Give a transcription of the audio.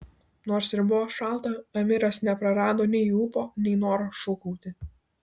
nors ir buvo šalta amiras neprarado nei ūpo nei noro šūkauti